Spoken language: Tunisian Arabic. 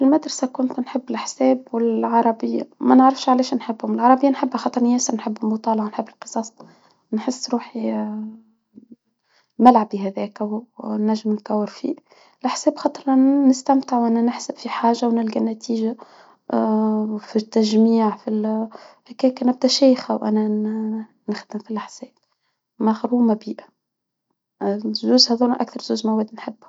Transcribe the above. فى المدرسة كنت نحب الحساب والعربى ما نعرفش علاش نحبهم. العربى نحب خط ياس نحب المطالعة نحب القصص نحس روحي ملعبي هذاكا ونجم نطور فيه. الحساب خاطر نستمتع وانا نحسب في حاجة ونلقى نتيجة في التجميع في الكيكة نبتة شايخة وانا ناخد الحساب مغرومةالدروس هذى اكتر دروس نحبها.